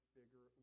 bigger